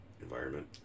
Environment